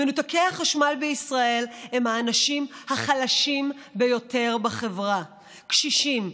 מנותקי החשמל בישראל הם האנשים החלשים ביותר בחברה: קשישים,